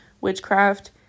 witchcraft